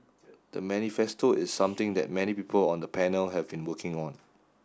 the manifesto is something that many people on the panel have been working on